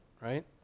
right